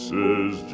Says